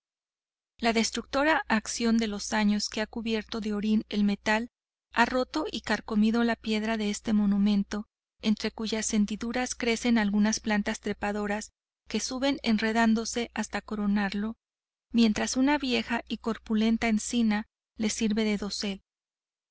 la destructora acción de los años que ha cubierto de orín el metal ha roto y carcomido la piedra de este monumento entre cuyas hendiduras crecen algunas plantas trepadoras que suben enredándose hasta coronarlo mientras una vieja y corpulenta encina la sirve de dosel